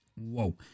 Whoa